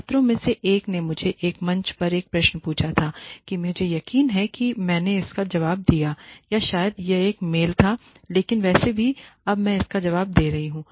छात्रों में से एक ने मुझसे एक मंच पर एक प्रश्न पूछा था कि मुझे यकीन नहीं है कि मैंने इसका जवाब दिया या शायद यह एक मेल था लेकिन वैसे भी अब मैं इसका जवाब दे रहा हूं